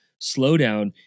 slowdown